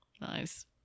Nice